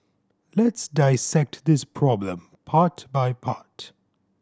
let's dissect this problem part by part